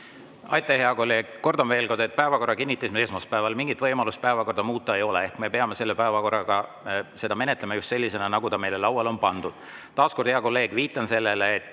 Aitäh, hea kolleeg! Kordan veel kord, et päevakorra me kinnitasime esmaspäeval. Mingit võimalust päevakorda muuta enam ei ole ehk me peame seda päevakorda menetlema just sellisena, nagu ta meile lauale on pandud. Taas kord, hea kolleeg, viitan sellele, mida